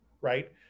right